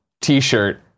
t-shirt